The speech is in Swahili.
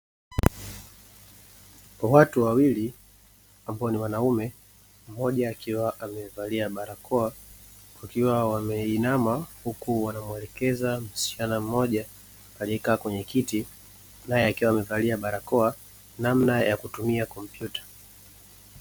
Watu wawili ambao ni wanaume mmoja akiwa amevalia barakoa. Wakiwa wameinama huku wanamuelekeza msichana mmoja aliyekaa kwenye kiti naye akiwa amevalia barakoa namna ya kutumia kompyuta.